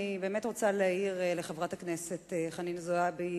אני רוצה להעיר לחברת הכנסת חנין זועבי